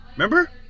Remember